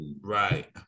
right